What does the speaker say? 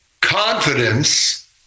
confidence